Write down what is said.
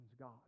God